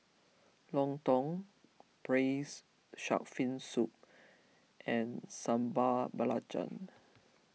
Lontong Braised Shark Fin Soup and Sambal Belacan